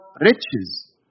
riches